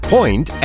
Point